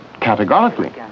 categorically